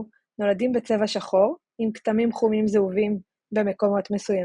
נולדים בצבע שחור עם כתמים חומים זהובים במקומות מסוימים,